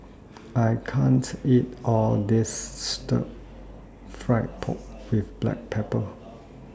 I can't eat All of This Stir Fry Pork with Black Pepper